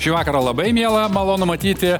šį vakarą labai miela malonu matyti